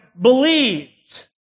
believed